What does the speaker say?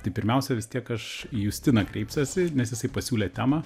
tai pirmiausia vis tiek aš į justiną kreipsiuosi nes jisai pasiūlė temą